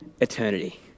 eternity